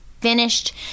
finished